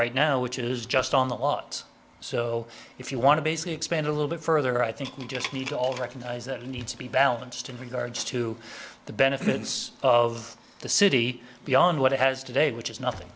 right now which is just on the lot so if you want to basically expand a little bit further i think you just need to all recognize that it needs to be balanced in regards to the benefits of the city beyond what it has today which is nothing